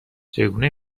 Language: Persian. چگونه